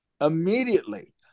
immediately